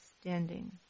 standing